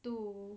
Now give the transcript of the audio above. to